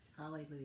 Hallelujah